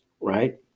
right